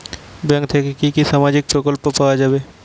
Bank থেকে কি কি সামাজিক প্রকল্প পাওয়া যাবে?